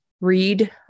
read